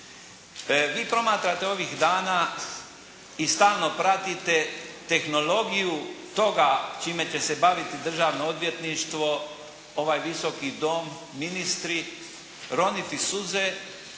Vi promatrate ovih dana i stalno pratite tehnologiju toga čime će se baviti Državno odvjetništvo, ovaj Visoki dom, ministri, roniti suze